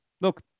look